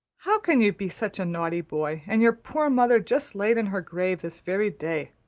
how can you be such a naughty boy and your poor mother just laid in her grave this very day?